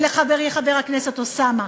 ולחברי חבר הכנסת אוסאמה,